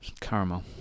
Caramel